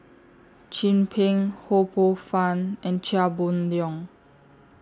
Chin Peng Ho Poh Fun and Chia Boon Leong